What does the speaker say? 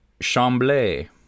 Chambly